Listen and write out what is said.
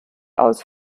aus